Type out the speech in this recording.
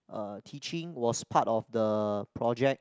uh teaching was part of the project